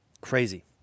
Crazy